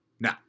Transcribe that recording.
Now